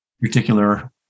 particular